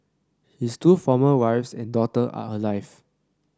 his two former wives and daughter are alive